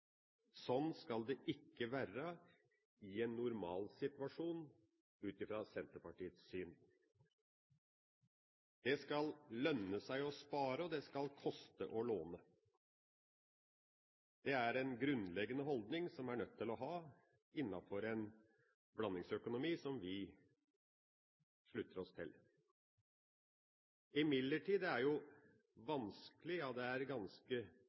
Sånn skal det ikke være i en normalsituasjon ut fra Senterpartiets syn. Det skal lønne seg å spare, og det skal koste å låne. Det er en grunnleggende holdning som vi er nødt til å ha innafor en blandingsøkonomi, som vi slutter oss til. Imidlertid er det jo vanskelig, ja